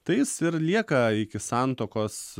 tai jis ir lieka iki santuokos